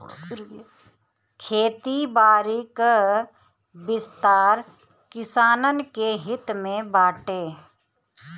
खेती बारी कअ विस्तार किसानन के हित में बाटे